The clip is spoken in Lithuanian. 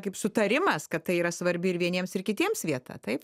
kaip sutarimas kad tai yra svarbi ir vieniems ir kitiems vieta taip